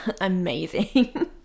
Amazing